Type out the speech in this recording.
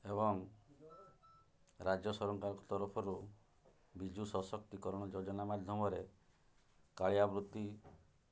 ଏବଂ ରାଜ୍ୟ ସରକାରଙ୍କ ତରଫରୁ ବିଜୁ ସଶକ୍ତିକରଣ ଯୋଜନା ମାଧ୍ୟମରେ କାଳିଆ ବୃତ୍ତି